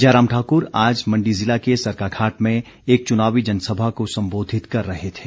जयराम ठाक्र आज मण्डी जिला के सरकाघाट में एक चुनावी जनसभा को संबोधित कर रहे थे